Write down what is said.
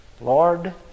Lord